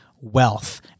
wealth